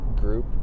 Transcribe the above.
group